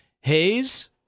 Hayes